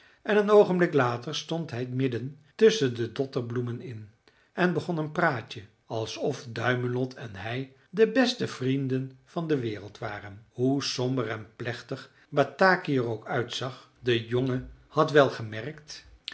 en een oogenblik later stond hij midden tusschen de dotterbloemen in en begon een praatje alsof duimelot en hij de beste vrienden van de wereld waren hoe somber en plechtig bataki er ook uitzag de jongen had wel gemerkt